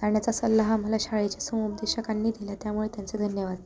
जाण्याचा सल्ला हा मला शाळेच्या समुपदेशकांनी दिला त्यामुळे त्यांचे धन्यवाद